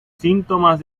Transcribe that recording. síntomas